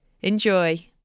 Enjoy